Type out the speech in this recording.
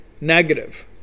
negative